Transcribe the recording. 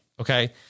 Okay